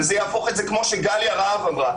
כמו שגליה רהב אמרה,